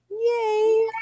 Yay